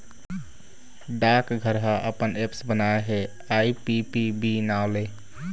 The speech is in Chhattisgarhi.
डाकघर ह अपन ऐप्स बनाए हे आई.पी.पी.बी नांव ले